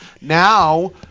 now